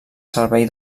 servei